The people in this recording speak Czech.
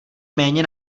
méně